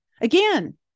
Again